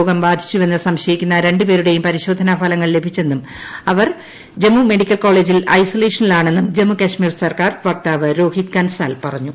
രോഗം ബാധിച്ചുവെന്ന് സംശയിക്കുന്ന രു പേരുടെയും പരിശോധനാ ഫലങ്ങൾ ലഭിച്ചെന്നും ഇവർ ജമ്മു മെഡിക്കൽ കോളേജിൽ ഐസൊലേഷനിലാണെന്നും ജമ്മുകശ്മീർ സർക്കാർ വക്താവ് രോഹിത് കൻസാൽ പറഞ്ഞു